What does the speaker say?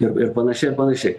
ir ir panašiai ir panašiai